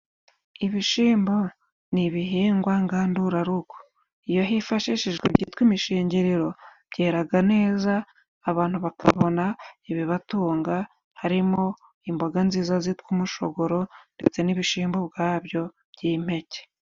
Ibishimbo ni ibihingwa ngandurarugo, iyo hifashishijwe ibyitwa imishingiriro byeraga neza, abantu bakabona ibibatunga harimo imboga nziza zitwa umushogoro ndetse n'ibishimbo ubwabyo by'impeke.